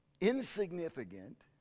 insignificant